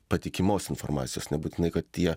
patikimos informacijos nebūtinai kad tie